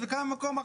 נכון.